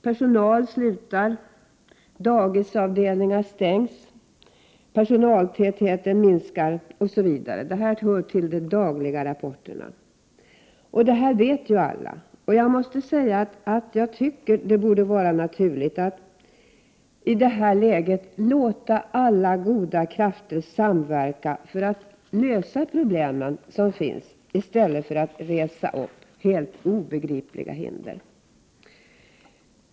Personal slutar, dagisavdelningar stängs, personaltätheten minskar osv. Detta hör till de dagliga rapporterna. Det vet alla. Jag måste säga att jag tycker att det borde vara naturligt att i detta läge låta alla goda krafter samverka för att lösa de problem som finns, i stället för att resa upp helt obegripliga hinder.